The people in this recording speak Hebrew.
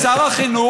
את מנסה ששר החינוך,